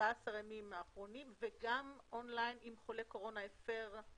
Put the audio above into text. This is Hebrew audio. ב-14 ימים האחרונים וגם און-ליין אם חולה קורונה הפר,